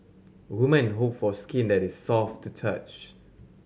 woman hope for skin that is soft to touch